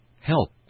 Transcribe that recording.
Help